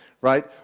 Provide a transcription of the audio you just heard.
Right